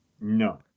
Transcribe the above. No